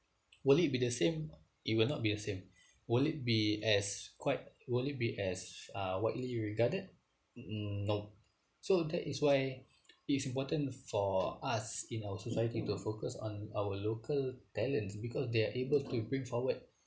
will it be the same it will not be the same will it be as quite will it be as uh widely regarded mm nope so that is why it's important for us in our society to focus on our local talents because they're able to bring forward